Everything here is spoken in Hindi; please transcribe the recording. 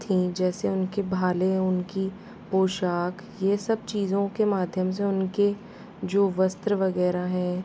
थी जैसे उनके भाले उनकी पोशाक ये सब चीज़ों के माध्यम से उनके जो वस्त्र वगैरह हैं